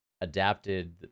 adapted